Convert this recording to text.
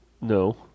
No